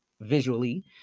visually